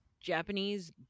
Japanese